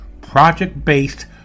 project-based